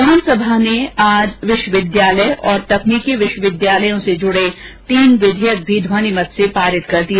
विधानसभा ने आज विश्वविद्यालय और तकनीकी विश्वविद्यालयों से जुड़े तीन विधेयक भी ध्वनिमत से पारित कर दिए